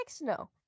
no